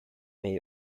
may